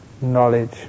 knowledge